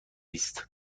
است